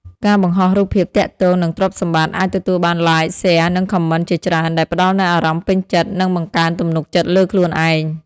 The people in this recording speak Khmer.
ការបង្ហោះរូបភាពទាក់ទងនឹងទ្រព្យសម្បត្តិអាចទទួលបាន "Like" "Share" និង Comment ជាច្រើន ដែលផ្តល់នូវអារម្មណ៍ពេញចិត្ត និងបង្កើនទំនុកចិត្តលើខ្លួនឯង។